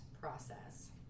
process